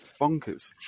bonkers